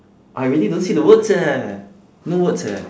I really don't see the words eh no words eh